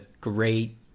great